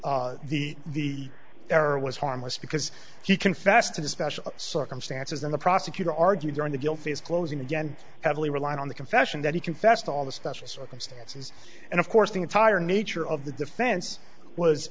the the error was harmless because he confessed to the special circumstances and the prosecutor argued during the guilt phase closing again heavily reliant on the confession that he confessed to all the special circumstances and of course the entire nature of the defense was